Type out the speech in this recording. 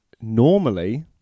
normally